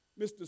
Mr